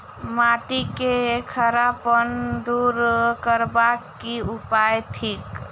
माटि केँ खड़ापन दूर करबाक की उपाय थिक?